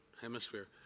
hemisphere